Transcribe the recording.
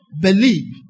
Believe